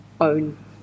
own